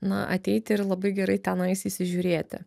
na ateiti ir labai gerai tenais įsižiūrėti